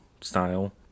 style